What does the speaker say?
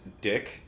Dick